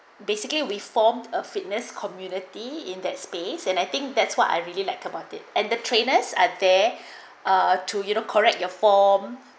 basically we formed a fitness community in that space and I think that's what I really like about it and the trainers at there are to you know correct your form